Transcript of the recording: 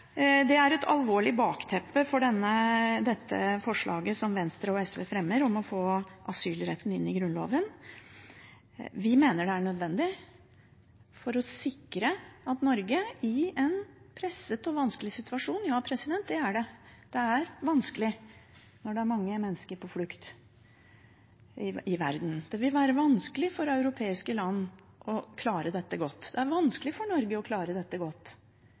Det er et alvorlig bakteppe for dette forslaget som Venstre og SV fremmer, om å få asylretten inn i Grunnloven. Vi mener det er nødvendig. Norge er i en presset og vanskelig situasjon – ja, vi er det, det er vanskelig når det er mange mennesker på flukt i verden. Det vil være vanskelig for europeiske land å klare dette godt, det er vanskelig for Norge å klare dette godt,